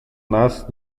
nas